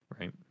right